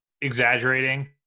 exaggerating